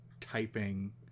typing